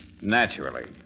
Naturally